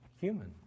human